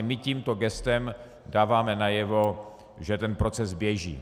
My tímto gestem dáváme najevo, že ten proces běží.